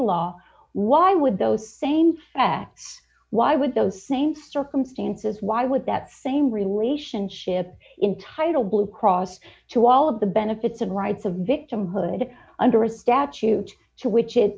law why would those same facts why would those same circumstances why would that same relationship entitle blue cross to all of the benefits and rights of victimhood under a statute to which it